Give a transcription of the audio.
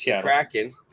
Kraken